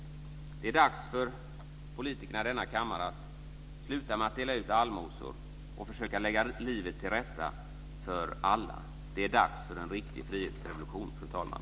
Det är dags för politikerna i denna kammare att sluta dela ut allmosor och försöka lägga livet till rätta för alla. Det är dags för en riktig frihetsrevolution, fru talman.